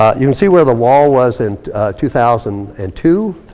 ah you can see where the wall was in two thousand and two.